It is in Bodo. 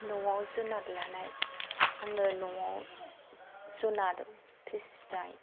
न'आव जुनाद लानाय आङो न'आव जुनाद फिसिनाय